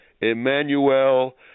Emmanuel